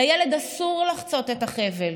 ולילד אסור לחצות את החבל,